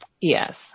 Yes